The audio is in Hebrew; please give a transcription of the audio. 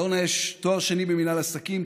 לאורנה יש תואר שני במינהל עסקים,